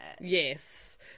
Yes